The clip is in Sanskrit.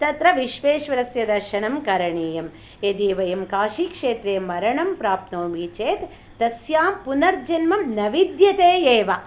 तत्र विश्वेश्वरस्य दर्शनं करणीयं यदि वयं काशीक्षेत्रे मरणं प्राप्नोमि चेत् तस्यां पुनर्जन्म न विद्यते एव